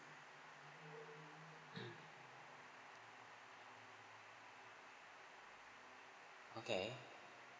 okay